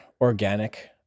organic